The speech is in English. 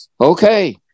okay